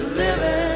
living